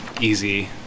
easy